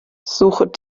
suche